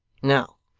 now,